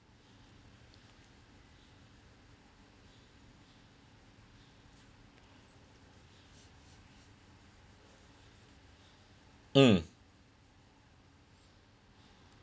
mm